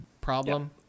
problem